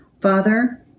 Father